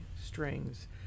strings